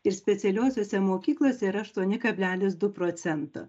ir specialiosiose mokyklose yra aštuoni kablelis du procento